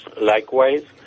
likewise